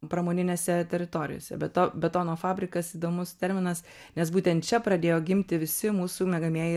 pramoninėse teritorijose be to betono fabrikas įdomus terminas nes būtent čia pradėjo gimti visi mūsų miegamieji